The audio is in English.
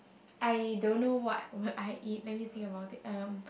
I don't know what will I eat let me think about it um